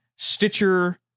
stitcher